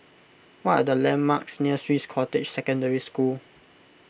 what are the landmarks near Swiss Cottage Secondary School